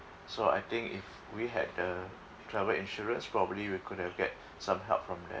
so I think if we had a travel insurance probably we could have get some help from that